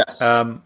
Yes